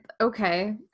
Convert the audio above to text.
okay